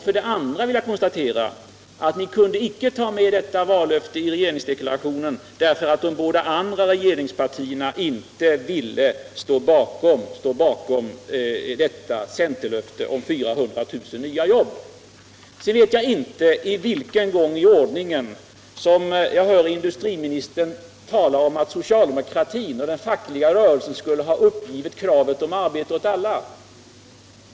För det andra konstaterar jag att ni icke kunde ta med detta vallöfte i regeringsdeklarationen därför att de båda andra regeringspartierna inte ville stå bakom centerlöftet om 400 000 nya jobb. Jag vet inte för vilken gång i ordningen jag hör industriministern tala om att socialdemokratin och den fackliga rörelsen skulle ha uppgivit kravet på arbete åt alla.